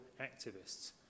activists